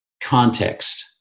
context